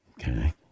Okay